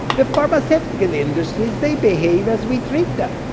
the pharmaceutical industries, they behave as we treat them.